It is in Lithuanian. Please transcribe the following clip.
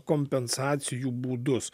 kompensacijų būdus